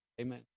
Amen